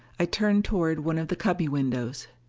i turned toward one of the cubby windows.